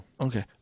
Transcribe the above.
Okay